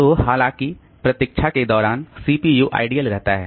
तो हालांकि प्रतिक्षा के दौरान सीपीयू आइडियल रहता है